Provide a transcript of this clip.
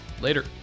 later